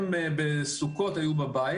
בסוכות הם היו בבית.